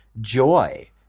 joy